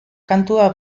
kantua